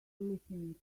listening